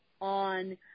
on